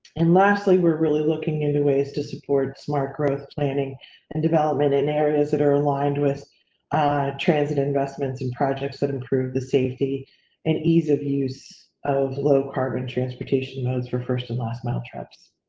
and lastly we're really looking into ways to support smart growth planning and development in areas that are aligned with transit investments and projects that improve the safety and ease of use of low carbon transportation nodes for first and last mile trips.